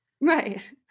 Right